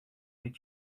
did